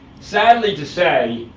sadly to say,